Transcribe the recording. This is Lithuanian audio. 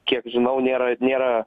kiek žinau nėra nėra